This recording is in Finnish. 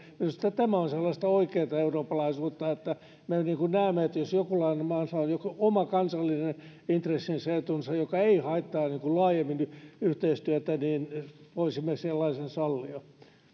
minusta tämä on sellaista oikeaa eurooppalaisuutta että me näemme että jos jollain maalla on joku oma kansallinen intressinsä etunsa joka ei haittaa laajemmin yhteistyötä niin voisimme sellaisen sallia